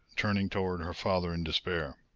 turning toward her father in despair.